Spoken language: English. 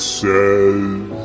says